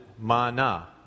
Mana